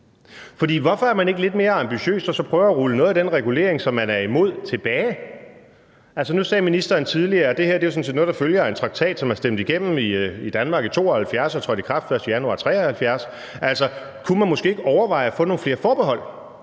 hvorfor er man ikke lidt mere ambitiøs og prøver at rulle noget af den regulering, som man er imod, tilbage? Nu sagde ministeren tidligere, at det her sådan set er noget, der følger af en traktat, som er stemt igennem i Danmark i 1972 og er trådt i kraft den 1. januar 1973. Altså, kunne man måske ikke overveje at få nogle flere forbehold,